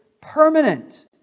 permanent